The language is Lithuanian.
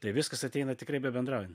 tai viskas ateina tikrai bebendraujan